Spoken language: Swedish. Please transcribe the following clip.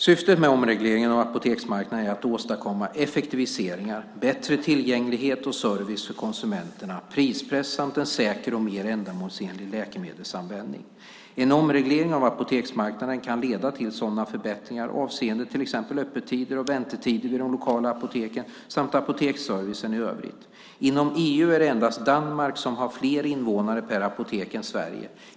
Syftet med omregleringen av apoteksmarknaden är att åstadkomma effektiviseringar, bättre tillgänglighet och service för konsumenterna, prispress samt en säker och mer ändamålsenlig läkemedelsanvändning. En omreglering av apoteksmarknaden kan leda till sådana förbättringar avseende till exempel öppettider och väntetider vid de lokala apoteken samt apoteksservicen i övrigt. Inom EU är det endast Danmark som har fler invånare per apotek än Sverige.